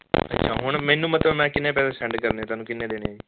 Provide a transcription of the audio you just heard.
ਅੱਛਾ ਹੁਣ ਮੈਨੂੰ ਮਤਲਬ ਮੈਂ ਕਿੰਨੇ ਪੈਸੇ ਸੈਂਡ ਕਰਨੇ ਤੁਹਾਨੂੰ ਕਿੰਨੇ ਦੇਣੇ ਹੈ ਜੀ